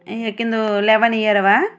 ಆಕಿಂದು eleven year ಆವಾ